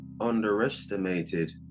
underestimated